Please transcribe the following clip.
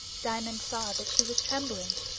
diamond saw that she was trembling.